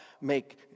make